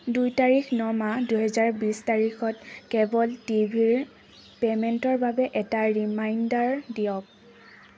দুই তাৰিখ ন মাহ দুহেজাৰ বিশ তাৰিখত কেব'ল টি ভিৰ পে'মেণ্টৰ বাবে এটা ৰিমাইণ্ডাৰ দিয়ক